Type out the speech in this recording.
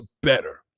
better